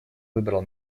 выбрал